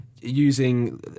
using